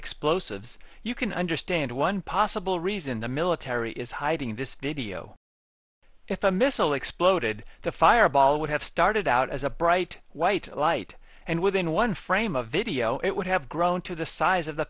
explosives you can understand one possible reason the military is hiding in this video if a missile exploded the fireball would have started out as a bright white light and within one frame of video it would have grown to the size of the